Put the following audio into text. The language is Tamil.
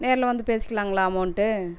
நேரில் வந்து பேசிக்கலாங்களா அமௌண்ட்டு